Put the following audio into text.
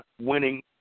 winning